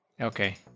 Okay